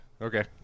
Okay